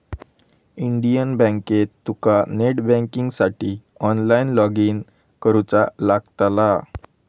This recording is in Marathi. इंडियन बँकेत तुका नेट बँकिंगसाठी ऑनलाईन लॉगइन करुचा लागतला